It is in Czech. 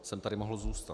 To jsem tady mohl zůstat.